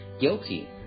guilty